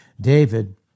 David